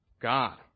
god